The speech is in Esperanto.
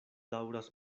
daŭras